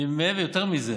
ויותר מזה,